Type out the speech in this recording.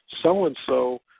so-and-so